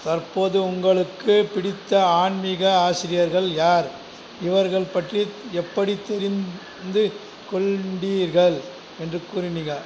தற்போது உங்களுக்கு பிடித்த ஆன்மீக ஆசிரியர்கள் யார் இவர்கள் பற்றி எப்படி தெரிந்து கொண்டீர்கள் என்று கூறினீங்கள்